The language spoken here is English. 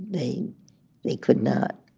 they they could not